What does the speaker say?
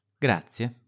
grazie